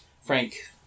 Frank